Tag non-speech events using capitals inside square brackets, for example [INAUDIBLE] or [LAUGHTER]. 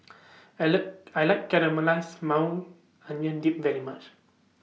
I like I like Caramelized [UNINTELLIGIBLE] Onion Dip very much